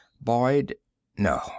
Boyd—no